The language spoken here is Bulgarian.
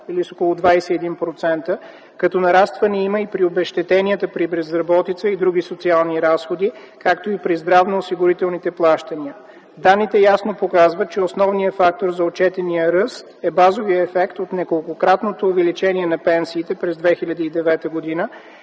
или с около 21%, като нарастване има и при обезщетенията при безработица, и други социални разходи, както и при здравноосигурителните плащания. Данните ясно показват, че основният фактор за отчетения ръст е базовият ефект от неколкократното увеличение на пенсиите през 2009 г.,